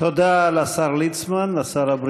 תודה לשר ליצמן, שר הבריאות.